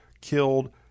killed